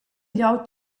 glieud